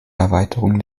erweiterungen